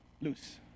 loose